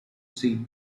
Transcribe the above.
see